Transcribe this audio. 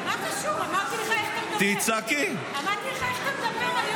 מה קשור, אמרתי לך איך אתה מדבר.